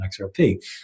XRP